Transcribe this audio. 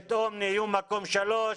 פתאום נהיו מקום שלוש,